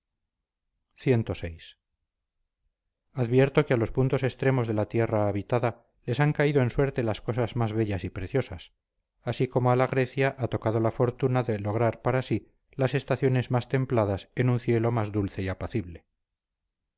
país cvi advierto que a los puntos extremos de la tierra habitada les han cabido en suerte las cosas más bellas y preciosas así como a la grecia ha tocado la fortuna de lograr para sí las estaciones más templadas en un cielo más dulce y apacible